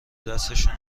دستشون